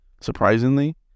Surprisingly